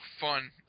fun